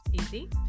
easy